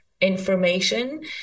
information